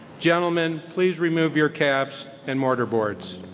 gentlemen, please remove your caps and mortarboards.